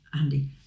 Andy